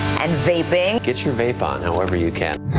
and vaping get your vape on however you can.